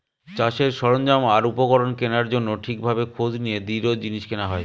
চাষের সরঞ্জাম আর উপকরণ কেনার জন্য ঠিক ভাবে খোঁজ নিয়ে দৃঢ় জিনিস কেনা হয়